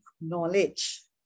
knowledge